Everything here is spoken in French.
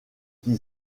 qui